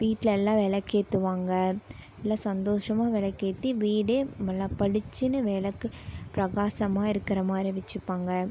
வீட்டில் எல்லாம் விளக்கேற்றுவாங்க நல்லா சந்தோஷமா விளக்கேற்றி வீடே நல்லா பளிச்சினு விளக்கு பிரகாசமாக இருக்கிற மாதிரி வச்சிப்பாங்க